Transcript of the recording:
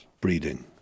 breeding